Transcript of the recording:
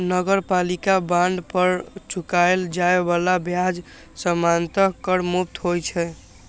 नगरपालिका बांड पर चुकाएल जाए बला ब्याज सामान्यतः कर मुक्त होइ छै